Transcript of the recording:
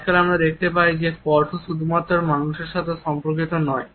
আজকাল আমরা দেখতে পাই যে স্পর্শ শুধুমাত্র মানুষের সাথে সম্পর্কিত নয়